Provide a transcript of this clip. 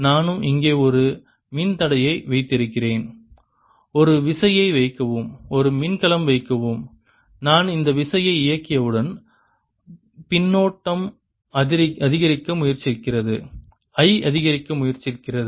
நானும் இங்கே ஒரு மின்தடையத்தை வைக்கிறேன் ஒரு விசையை வைக்கவும் ஒரு மின்கலம் வைக்கவும் நான் இந்த விசையை இயக்கியவுடன் பின்னோட்டம் அதிகரிக்க முயற்சிக்கிறது I அதிகரிக்க முயற்சிக்கிறது